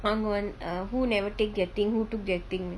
அவங்க வந்து:avanga vanthu err who never take their thing who took their thing